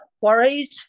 worried